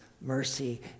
mercy